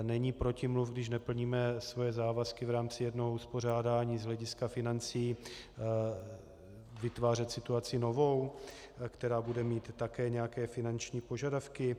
Není protimluv, když neplníme svoje závazky v rámci jednoho uspořádání z hlediska financí, vytvářet situaci novou, která bude mít také nějaké finanční požadavky?